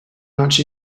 much